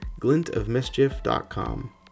glintofmischief.com